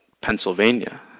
Pennsylvania